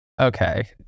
okay